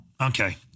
Okay